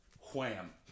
wham